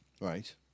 Right